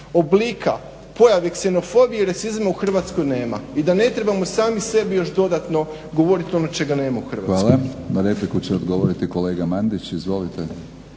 oblika pojave ksenofobije i rasizma u Hrvatskoj nema i da ne trebamo sami sebi još dodano govoriti ono čega nema u Hrvatskoj. **Batinić, Milorad (HNS)** Hvala. Na repliku će odgovoriti kolega Mandić. Izvolite.